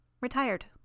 Retired